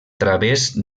través